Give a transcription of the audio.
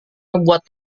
membuat